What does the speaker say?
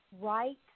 right